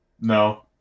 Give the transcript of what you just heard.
No